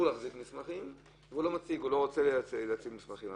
להחזיק מסמכים והוא לא רוצה להציג מסמכים.